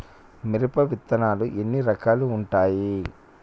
మిరప విత్తనాలు ఎన్ని రకాలు ఉంటాయి?